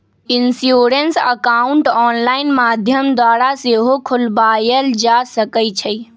insurance account online माध्यम द्वारा सेहो खोलबायल जा सकइ छइ